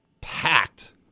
packed